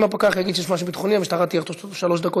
אם הפקח יגיד שיש משהו ביטחוני המשטרה תגיע בתוך שלוש דקות,